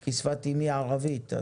כי שפת אמי היא ערבית.